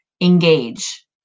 engage